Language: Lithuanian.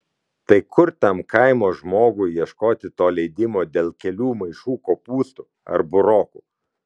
tai kur tam kaimo žmogui ieškoti to leidimo dėl kelių maišų kopūstų ar burokų